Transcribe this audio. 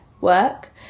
work